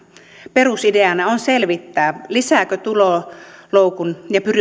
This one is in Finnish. perusideana on selvittää lisäävätkö tuloloukun ja